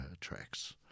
tracks